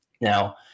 Now